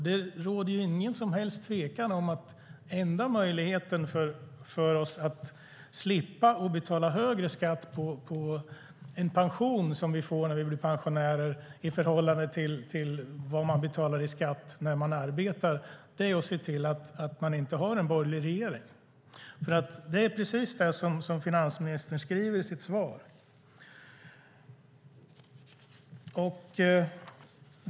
Det råder ingen som helst tvekan om att den enda möjligheten för oss att slippa betala högre skatt på en pension man får när man blir pensionär, i förhållande till vad man betalar i skatt när man arbetar, är att se till att man inte har en borgerlig regering. Det är nämligen precis det finansministern skriver i sitt svar.